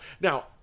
Now